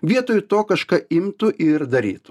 vietoj to kažką imtų ir darytų